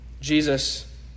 Jesus